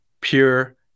pure